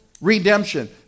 redemption